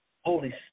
Holy